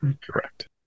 Correct